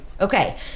okay